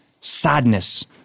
sadness